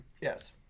Yes